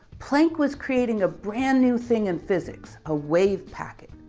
planck was creating a brand new thing in physics, a wave packet.